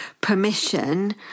permission